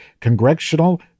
congressional